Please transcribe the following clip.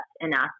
enough